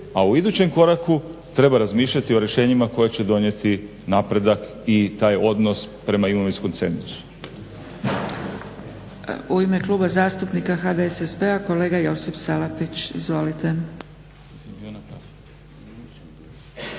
A u idućem koraku treba razmišljati o rješenjima koje će donijeti napredak i taj odnos prema imovinskom cenzusu.